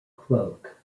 cloak